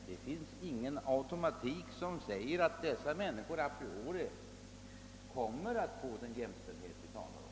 Det finns ingen automatik som säger att dessa människor a priori får den jämställdhet vi talar om.